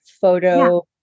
photo